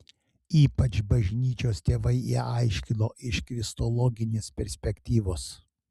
ypač bažnyčios tėvai ją aiškino iš kristologinės perspektyvos